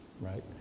right